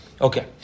Okay